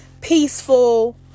peaceful